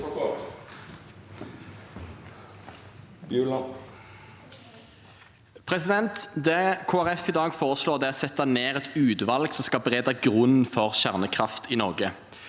lig Folkeparti i dag foreslår, er å sette ned et utvalg som skal berede grunnen for kjernekraft i Norge.